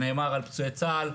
שנאמר על פצועי צה"ל,